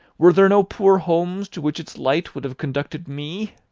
were there no poor homes to which its light would have conducted me!